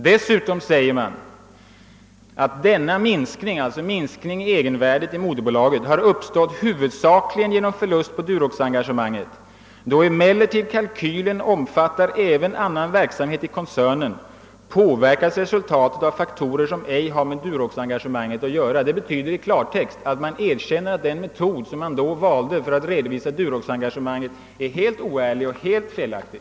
Sedan skriver man: »Denna minskning» — alltså minskningen i moderbolagets egenvärde — »har uppstått huvudsaklien genom förlust på Durox-engagemanget. Då emellertid kalkylen omfattar även annan verksamhet i koncernen, påverkas resultatet av faktorer, som ej har med Durox-engagemanget att göra ——— Detta betyder alltså i klartext ett erkännande av att den metod man ursprungligen valde för att redovisa DurTox-engagemanget var oärlig och helt felaktig.